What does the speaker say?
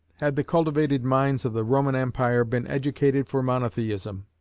had the cultivated minds of the roman empire been educated for monotheism?